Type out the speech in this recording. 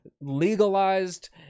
legalized